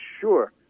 Sure